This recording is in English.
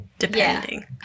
depending